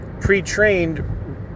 pre-trained